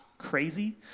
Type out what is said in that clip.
crazy